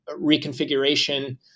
reconfiguration